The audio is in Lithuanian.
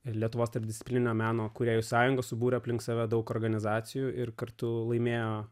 lietuvos tarpdisciplininio meno kūrėjų sąjungos subūrė aplink save daug organizacijų ir kartu laimėjo